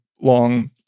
long